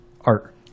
art